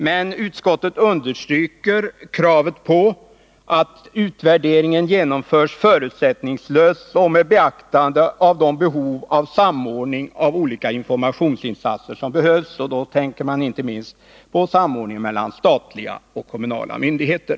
Men utskottet understryker kravet på att utvärderingen genomförs förutsättningslöst och med beaktande av den samordning av olika Besparingar i informationsinsatser som behövs — inte minst med tanke på samordningen statsverksamheten, mellan statliga och kommunala myndigheter.